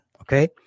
Okay